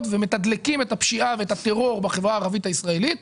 ומתדלקים את הפשיעה ואת הטרור בחברה הערבית הישראלית,